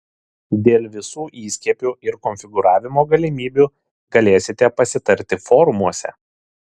dėl visų įskiepių ir konfigūravimo galimybių galėsite pasitarti forumuose